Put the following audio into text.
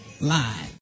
Live